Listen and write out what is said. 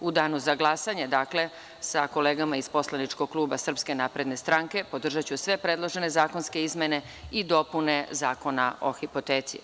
U danu za glasanje sa kolegama iz poslaničkog kluba SNS podržaću sve predložene zakonske izmene i dopune Zakona o hipoteci.